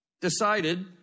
decided